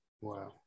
Wow